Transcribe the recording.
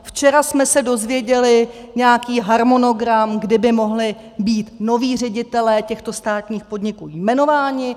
Včera jsme se dozvěděli nějaký harmonogram, kdy by mohli být noví ředitelé těchto státních podniků jmenováni.